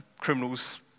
criminals